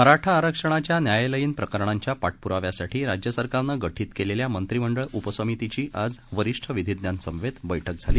मराठा आरक्षणाच्या न्यायालयीन प्रकरणांच्या पाठपुराव्यासाठी राज्य सरकारने गठीत केलेल्या मंत्रिमंडळ उपसमितीची आज वरिष्ठ विधीज्ञांसमवेत बैठक झाली